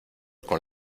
con